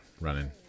running